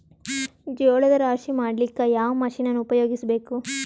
ಜೋಳದ ರಾಶಿ ಮಾಡ್ಲಿಕ್ಕ ಯಾವ ಮಷೀನನ್ನು ಉಪಯೋಗಿಸಬೇಕು?